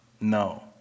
no